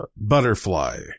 butterfly